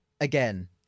Again